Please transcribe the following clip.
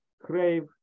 crave